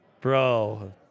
Bro